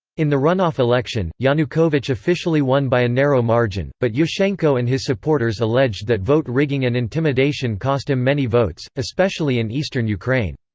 in the runoff election, yanukovych officially won by a narrow margin, but yushchenko and his supporters alleged that vote rigging and intimidation cost him many votes, especially in eastern ukraine.